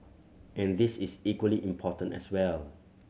and this is equally important as well